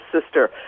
sister